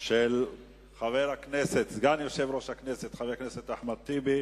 של סגן יושב-ראש הכנסת, חבר הכנסת אחמד טיבי,